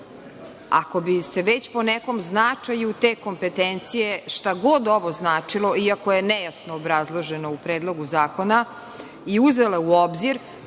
7.Ako bi se već po nekom značaju te kompetencije, šta god ovo značilo iako je nejasno obrzaloženo u Predlogu zakona i uzele u obzir,